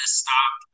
stop